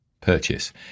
purchase